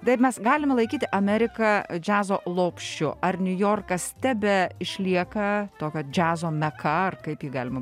taip mes galime laikyti ameriką džiazo lopšiu ar niujorkas tebe išlieka tokio džiazo meka ar kaip jį galima